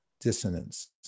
dissonance